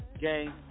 Game